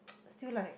still like